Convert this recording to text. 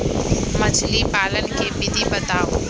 मछली पालन के विधि बताऊँ?